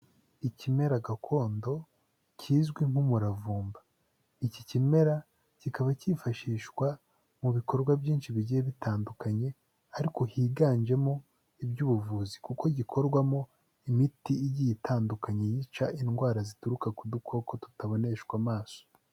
Ikimera gakondo kizwi nk'umuravumba, iki kimera kikaba cyifashishwa mu bikorwa byinshi bigiye bitandukanye ariko higanjemo iby'ubuvuzi, kuko gikorwamo imiti igiye itandukanye yica indwara zituruka ku dukoko tutaboneshwa amaso.